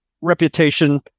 reputation